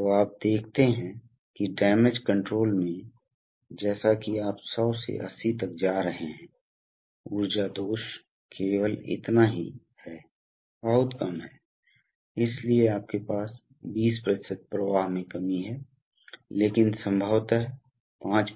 अब हमारे पास न्यूमेटिक्स रिजर्वायर है जैसा कि हमने कहा कि यह एक विशिष्ट चित्र है यह सिर्फ एक कंटेनर है जिसमें एक इनलेट और एक आउटलेट है और दबाव में हवा को रखता है और क्षमता मूल